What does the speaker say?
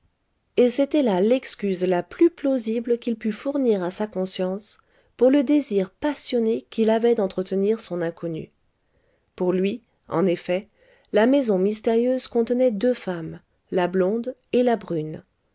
et c'était là l'excuse la plus plausible qu'il pût fournir à sa conscience pour le désir passionné qu'il avait d'entretenir son inconnue pour lui en effet la maison mystérieuse contenait deux femmes la blonde et la brune